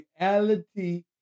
reality